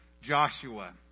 Joshua